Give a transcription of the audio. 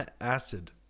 acid